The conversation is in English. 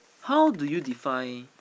how do you define